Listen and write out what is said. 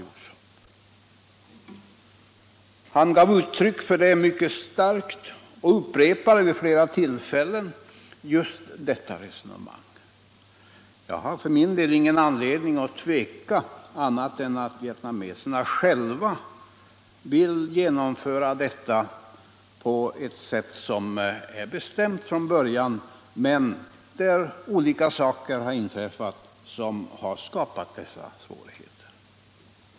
Han gav starkt uttryck för detta och upprepade vid flera tillfällen detta resonemang. Jag har för min del ingen anledning att tvivla på att vietnameserna själva vill genomföra detta projekt på ett sätt som från början var bestämt, trots att olika saker inträffat som skapat svårigheter.